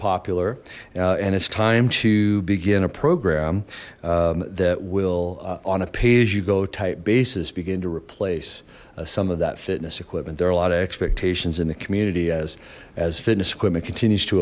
popular and it's time to begin a program that will on a page you go type basis begin to replace some of that fitness equipment there are a lot of expectations in the community as as fitness equipment continues to